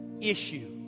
issue